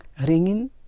Ringin